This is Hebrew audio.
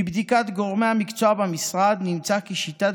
מבדיקת גורמי המקצוע במשרד נמצא כי שיטת